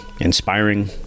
inspiring